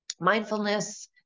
mindfulness